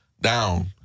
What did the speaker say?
down